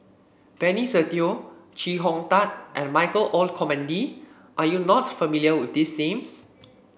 Benny Se Teo Chee Hong Tat and Michael Olcomendy are you not familiar with these names